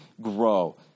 grow